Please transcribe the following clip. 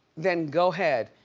then go ahead,